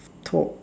top